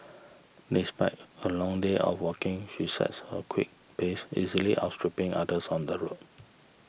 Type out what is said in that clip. despite her long day of walking she sets a quick pace easily outstripping others on the road